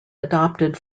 adopted